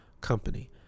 company